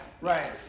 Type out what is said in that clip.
Right